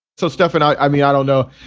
so, stefan, i mean, i don't know.